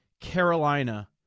Carolina